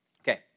Okay